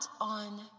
on